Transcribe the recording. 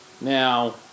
Now